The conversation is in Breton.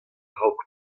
raok